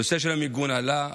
נושא המיגון עלה,